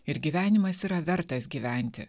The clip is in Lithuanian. ir gyvenimas yra vertas gyventi